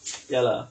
ya lah